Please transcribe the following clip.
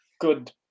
good